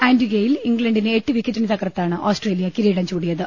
ആന്റിഗ്വെയിൽ ഇംഗ്ലണ്ടിനെ എട്ടുവിക്കറ്റിന് തകർത്താണ് ഓസ്ട്രേലിയ കിരീടം ചൂടിയത്